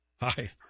Hi